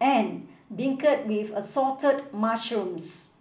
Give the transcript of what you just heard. and beancurd with Assorted Mushrooms